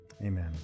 Amen